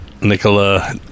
Nicola